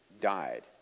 died